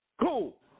Cool